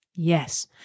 Yes